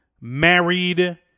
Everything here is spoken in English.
married